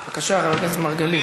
בבקשה, חבר הכנסת מרגלית.